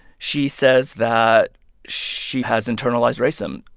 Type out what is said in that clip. she says that she has internalized racism,